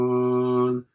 one